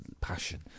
passion